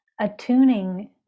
attuning